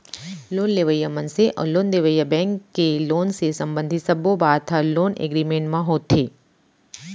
loan लेवइया मनसे अउ लोन देवइया बेंक के लोन ले संबंधित सब्बो बात ह लोन एगरिमेंट म होथे